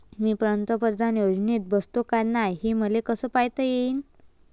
मी पंतप्रधान योजनेत बसतो का नाय, हे मले कस पायता येईन?